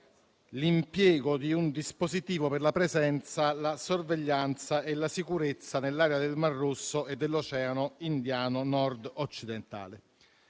l'impiego di un dispositivo per la presenza, la sorveglianza e la sicurezza nell'area del Mar Rosso e dell'Oceano indiano nord occidentale.